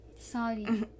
Sorry